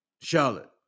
charlotte